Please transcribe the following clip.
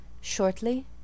Shortly